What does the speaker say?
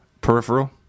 peripheral